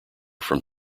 from